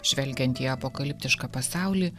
žvelgiant į apokaliptišką pasaulį